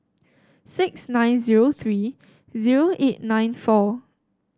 six nine zero three zero eight nine four